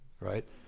right